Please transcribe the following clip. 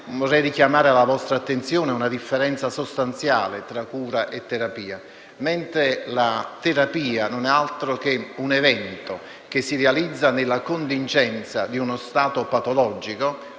Vorrei richiamare alla vostra attenzione su una differenza sostanziale tra cura e terapia; la terapia non è altro che un evento che si realizza nella contingenza di uno stato patologico;